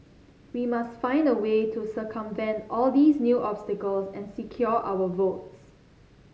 we must find a way to circumvent all these new obstacles and secure our votes